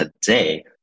today